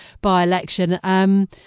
by-election